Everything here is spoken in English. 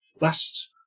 Last